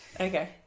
Okay